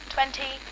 Twenty